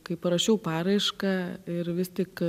kai parašiau paraišką ir vis tik